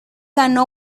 ganó